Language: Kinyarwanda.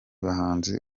bahanzi